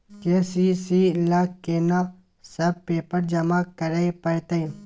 KCC ल केना सब पेपर जमा करै परतै?